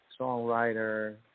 songwriter